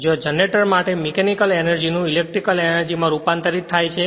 જ્યાં જનરેટર માટે mechanical energy નું ઇલેક્ટ્રીકલ એનર્જિ માં રૂપાંતરિત થાય છે